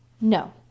No